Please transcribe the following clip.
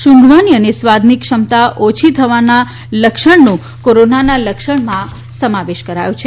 સુંઘવાની અને સ્વાદની ક્ષમતા ઓછી થવાના લક્ષણનો કોરોનાના લક્ષણોમાં સમાવેશ કરાયો છે